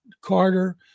carter